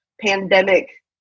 pandemic